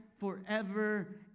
Forever